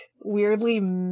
weirdly